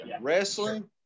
Wrestling